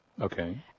Okay